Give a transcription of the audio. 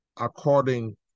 according